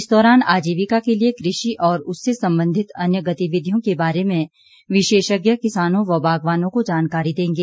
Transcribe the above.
इस दौरान आजीविका के लिए कृषि और उससे संबंधित अन्य गतिविधियों के बारे में विशेषज्ञ किसानों व बागवानों को जानकारी देंगे